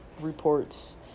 reports